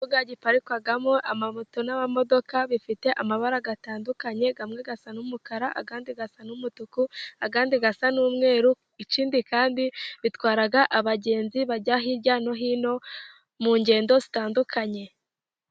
Ikibuga giparikwamo amamoto n'amamodoka bifite amabara atandukanye, amwe asa n'umukara, andi asa n'umutuku, andi asa n'umweru, ikindi kandi bitwara abagenzi bajya hirya no hino, mu ngendo zitandukanye.